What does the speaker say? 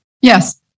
Yes